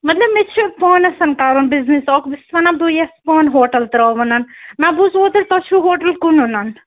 مطلب مےٚ چھِ پانس کَرُن بِزنِس اَکھ بہٕ چھَس وَنان بہٕ یَژھٕ پانہٕ ہوٹل ترٛاوُن مےٚ بوٗز اوترٕ تۄہہِ چھُو ہوٹل کٕنُن